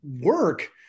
work